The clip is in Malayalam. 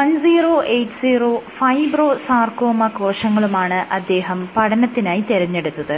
1080 ഫൈബ്രോ സർക്കോമ കോശങ്ങളുമാണ് അദ്ദേഹം പഠനത്തിനായി തിരഞ്ഞെടുത്തത്